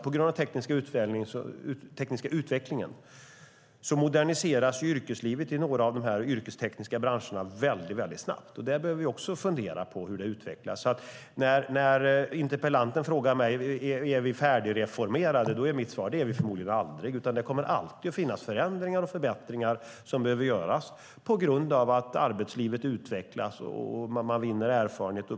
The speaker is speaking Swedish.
På grund av den tekniska utvecklingen moderniseras yrkeslivet i några av de yrkestekniska branscherna snabbt. När interpellanten frågar mig om vi är färdigreformerade är mitt svar att vi förmodligen aldrig blir det. Det kommer alltid att finnas förändringar och förbättringar som behöver göras på grund av att arbetslivet utvecklas och att man vinner erfarenhet.